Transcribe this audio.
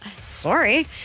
Sorry